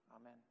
Amen